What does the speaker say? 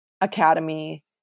academy